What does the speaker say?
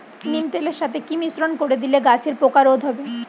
নিম তেলের সাথে কি মিশ্রণ করে দিলে গাছের পোকা রোধ হবে?